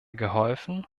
geholfen